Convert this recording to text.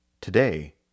Today